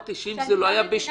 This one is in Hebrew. אבל הסברתי שאם זה לא היה בשליטתך,